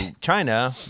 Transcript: China